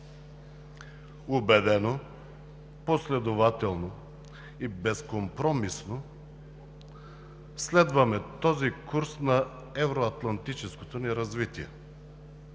Убедено, последователно и безкомпромисно следваме този курс на евроатлантическото ни развитие